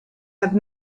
have